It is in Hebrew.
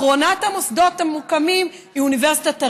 אחרונת המוסדות המוקמים היא אוניברסיטת אריאל,